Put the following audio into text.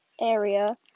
area